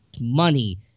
money